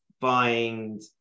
find